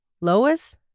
Lois